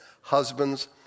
Husbands